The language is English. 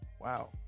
wow